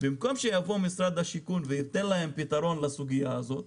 במקום שיבוא משרד השיכון וייתן להם פתרון לסוגיה הזאת,